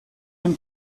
den